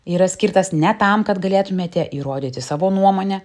yra skirtas ne tam kad galėtumėte įrodyti savo nuomonę